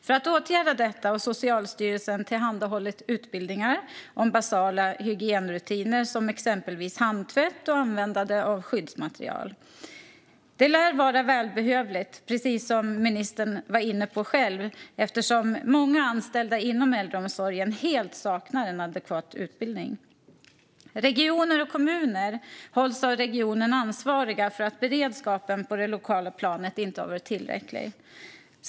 För att åtgärda detta har Socialstyrelsen tillhandahållit utbildningar om basala hygienrutiner, exempelvis handtvätt och användande av skyddsmaterial. Det lär vara välbehövligt eftersom många anställda inom äldreomsorgen, precis som ministern själv var inne på, helt saknar adekvat utbildning. Regioner och kommuner hålls av regeringen ansvariga för att beredskapen på det lokala planet inte har varit tillräcklig.